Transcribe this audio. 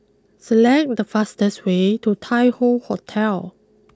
select the fastest way to Tai Hoe Hotel